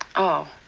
oh.